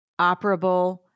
operable